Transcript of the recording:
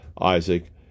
Isaac